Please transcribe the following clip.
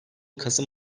kasım